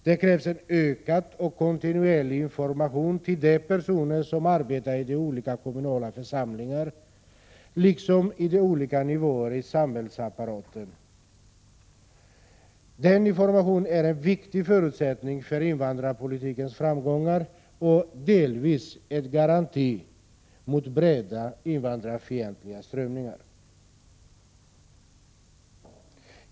Det krävs en ökad kontinuerlig information till de personer som arbetar i de olika kommunala församlingarna liksom på olika nivåer i samhällsapparaten. Den informationen är en viktig förutsättning för invandrarpolitikens framgångar och delvis en garanti mot breda invandrarfientliga strömningar.